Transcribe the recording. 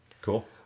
Cool